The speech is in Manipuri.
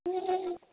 ꯑꯦ